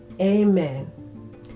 Amen